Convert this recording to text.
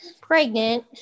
pregnant